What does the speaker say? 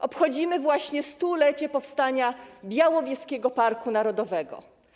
Obchodzimy właśnie stulecie powstania Białowieskiego Parku Narodowego.